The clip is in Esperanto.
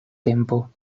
tempo